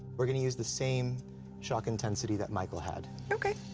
we're gonna use the same shock intensity that michael had. okay.